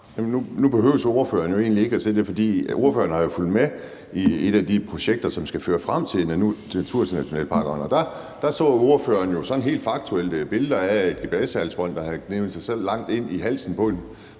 Nu behøver ordføreren jo egentlig ikke at sige det. For ordføreren har jo fulgt med i et af de projekter, som skal føre frem til naturnationalparkerne, og der så ordføreren sådan helt faktuelt billeder af et gps-halsbånd, der havde gnavet sig langt ind i halsen på en